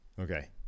Okay